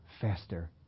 faster